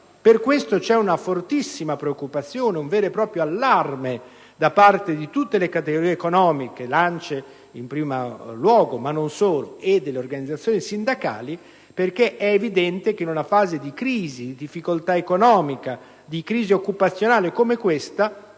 Per tali motivi c'è una fortissima preoccupazione, un vero e proprio allarme da parte di tutte le categorie economiche, l'ANCE in primo luogo (ma non solo), e delle organizzazioni sindacali. È evidente che, in una fase di difficoltà economica e di crisi occupazionale come l'attuale,